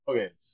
Okay